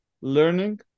learning